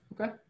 Okay